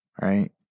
Right